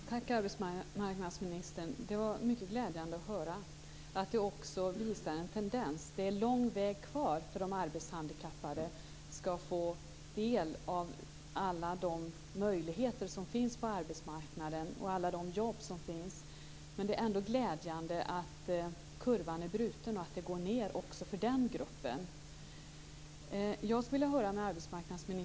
Fru talman! Tack, arbetsmarknadsministern. Det var mycket glädjande att höra att där också finns en tendens. Det är en lång väg kvar tills de arbetshandikappade skall få del av alla de möjligheter som finns på arbetsmarknaden och alla jobb som finns. Men det är ändå glädjande att kurvan är bruten och att den går ned också för den gruppen.